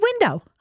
window